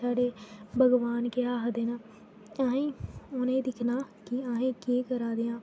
साढ़े भगवान केह् आखदे न अहें ई उ'नें ई दिक्खना की अहें केह् करा दे आं